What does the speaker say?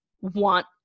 want